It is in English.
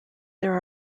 there